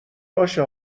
باشه